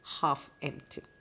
half-empty